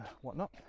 whatnot